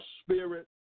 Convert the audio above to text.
spirit